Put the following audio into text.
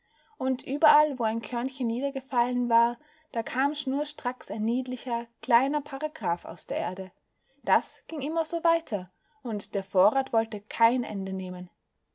und überall wo ein körnchen niedergefallen war da kam schnurstracks ein niedlicher kleiner paragraph aus der erde das ging immer so weiter und der vorrat wollte kein ende nehmen